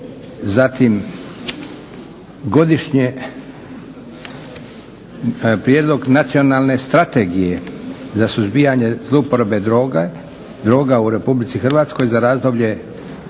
na sjednici. - prijedlog Nacionalne strategije suzbijanja zlouporabe droga u Republici Hrvatskoj za razdoblje